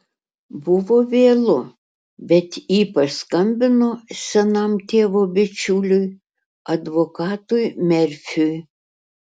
buvo vėlu bet ji paskambino senam tėvo bičiuliui advokatui merfiui